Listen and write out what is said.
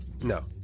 No